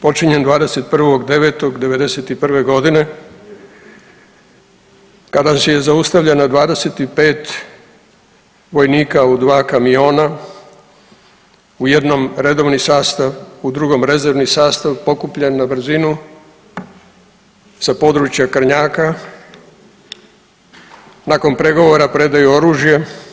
Zločin počinjen 21.9.'91. godine kada je zaustavljeno 25 vojnika u 2 kamiona, u jednom redovni sastav, u drugom rezervni sastav pokupljen na brzinu sa područja Krnjaka, nakon pregovora predaju oružje.